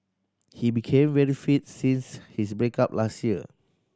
he became very fits since his break up last year